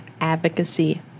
Advocacy